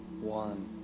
one